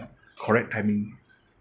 correct timing